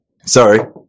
Sorry